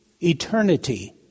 eternity